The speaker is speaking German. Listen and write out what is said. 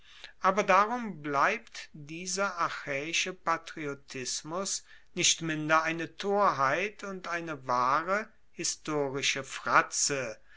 aber darum bleibt dieser achaeische patriotismus nicht minder eine torheit und eine wahre historische fratze